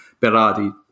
Berardi